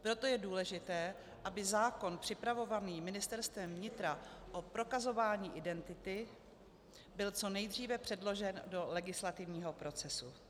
Proto je důležité, aby zákon připravovaný Ministerstvem vnitra o prokazování identity byl co nejdříve předložen do legislativního procesu.